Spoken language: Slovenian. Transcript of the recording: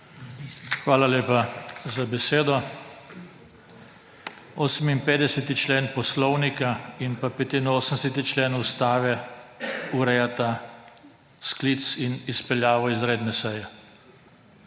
Hvala lepa za besedo. 58. člen Poslovnika in pa 85. člen Ustave urejata sklic in izpeljavo izredne seje.